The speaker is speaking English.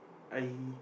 I